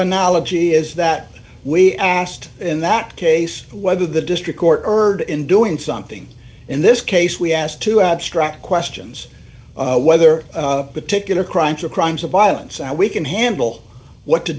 analogy is that we asked in that case whether the district court heard in doing something in this case we asked to abstract questions whether particular crimes or crimes of violence are we can handle what to